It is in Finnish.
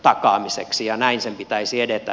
näin sen pitäisi edetä